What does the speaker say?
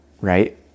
right